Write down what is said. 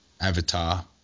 avatar